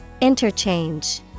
Interchange